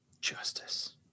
Justice